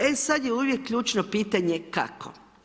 E sada je uvijek ključno pitanje kako?